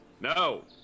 No